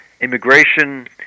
immigration